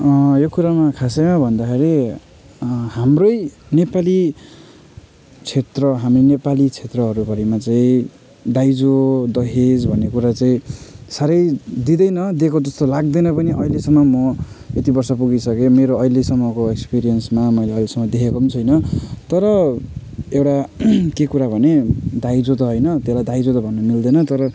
यो कुरोमा खासैमा भन्दाखेरि हाम्रै नेपाली क्षेत्र हामी नेपाली क्षेत्रहरूभरिमा चाहिँ दाइजो दहेज भन्ने कुरा चाहिँ साह्रै दिँदैन दिएको जस्तो लाग्दैन पनि अहिलेसम्म म यति वर्ष पुगिसकेँ मेरो अहिलेसम्मको एक्सपिरियन्समा म यो उयसमा देखेको पनि छुइनँ तर एउटा के कुरा भने दाइजो त होइन त्यसलाई दाइजो त भन्न मिल्दैन तर